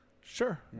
Sure